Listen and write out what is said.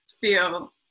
feel